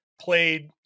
played